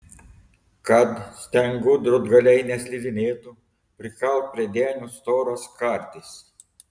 kad stengų drūtgaliai neslidinėtų prikalk prie denio storas kartis